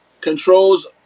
controls